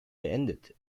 beendet